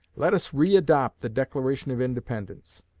let us re-adopt the declaration of independence,